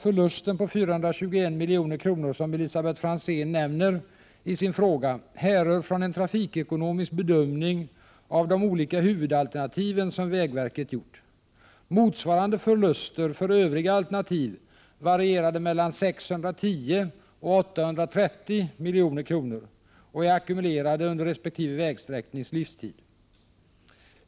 Franzén nämner i sin fråga härrör från en trafikekonomisk bedömning av de olika huvudalternativen som vägverket gjort. Motsvarande ”förluster” för övriga alternativ varierade mellan 610 och 830 milj.kr. och är ackumulerade under resp. vägsträcknings livstid.